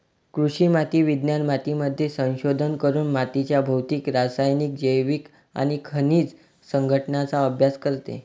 कृषी माती विज्ञान मातीमध्ये संशोधन करून मातीच्या भौतिक, रासायनिक, जैविक आणि खनिज संघटनाचा अभ्यास करते